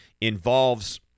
involves